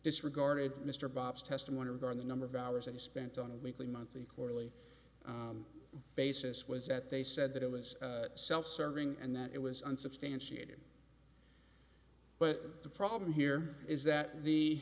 disregarded mr bob's testimony regarding the number of hours and spent on a weekly monthly quarterly basis was that they said that it was self serving and that it was unsubstantiated but the problem here is that the